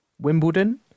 Wimbledon